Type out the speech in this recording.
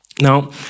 Now